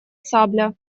сабля